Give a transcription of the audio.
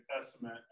Testament